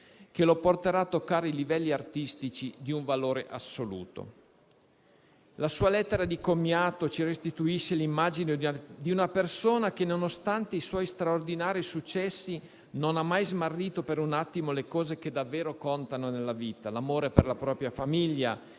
che lo porterà a toccare livelli artistici di valore assoluto. La sua lettera di commiato ci restituisce l'immagine di una persona che, nonostante i suoi straordinari successi, non ha mai smarrito per un attimo le cose che davvero contano nella vita: l'amore per la propria famiglia,